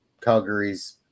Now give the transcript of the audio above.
Calgary's